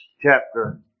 chapter